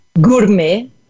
Gourmet